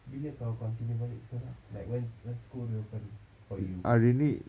bila kau continue balik sekolah like when when school reopen for you